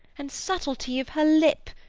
and subtlety of her lip,